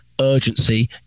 urgency